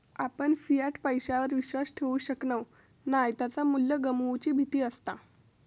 आपण फियाट पैशावर विश्वास ठेवु शकणव नाय त्याचा मू्ल्य गमवुची भीती असता